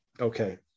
okay